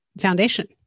Foundation